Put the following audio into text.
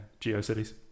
GeoCities